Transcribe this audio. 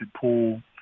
pool